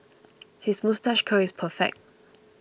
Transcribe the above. his moustache curl is perfect